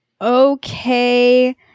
okay